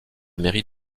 mairie